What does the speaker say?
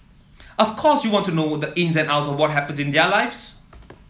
of course you want to know the ins and outs of what happens in their lives